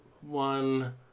one